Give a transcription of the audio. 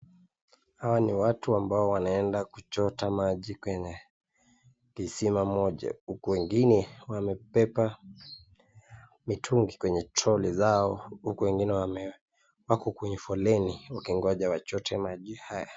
Hawa ni watu ambao wanaenda kuchota maji kwenye kisima moja. Huku wengine wamebeba mitungi kwenye troli zao. Huku wengine wame wako kwenye foleni wakingoja wachote maji haya.